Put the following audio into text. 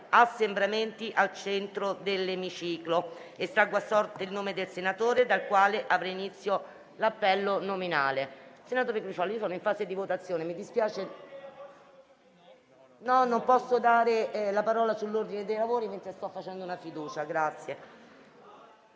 assembramenti al centro dell'emiciclo. Estraggo a sorte il nome del senatore dal quale avrà inizio l'appello nominale.